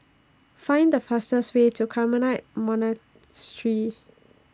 Find The fastest Way to Carmelite Monastery